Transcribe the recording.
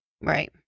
Right